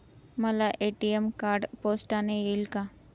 मला ATM card पोस्टाने येईल का?